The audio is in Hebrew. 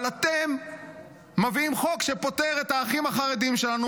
אבל אתם מביאים חוק שפוטר את האחים החרדים שלנו,